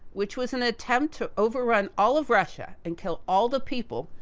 which was an attempt to overrun all of russia, and kill all the people,